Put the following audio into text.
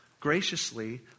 graciously